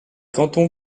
cantons